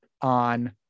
on